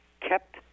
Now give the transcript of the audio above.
kept